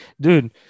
Dude